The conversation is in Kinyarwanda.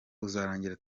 uzarangira